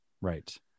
right